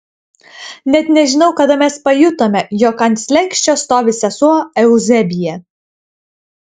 net nežinau kada mes pajutome jog ant slenksčio stovi sesuo euzebija